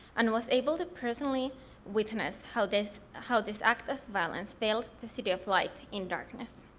and was able to personally witness how this how this act of violence veiled the city of light in darkness.